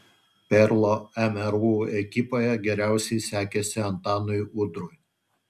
perlo mru ekipoje geriausiai sekėsi antanui udrui